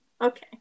Okay